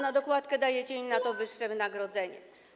Na dokładkę dajecie im za to wyższe wynagrodzenie.